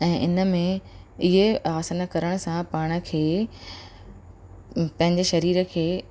ऐं इन में इहे आसन करण सां पाण खे पंहिंजे शरीर खे